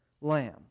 Lamb